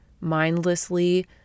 mindlessly